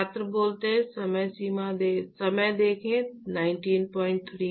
T बराबर T infinity